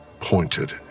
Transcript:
pointed